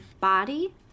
body